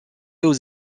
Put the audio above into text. aux